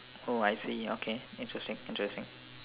oh I see okay interesting interesting